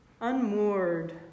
unmoored